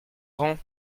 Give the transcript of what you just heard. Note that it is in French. grands